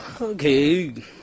Okay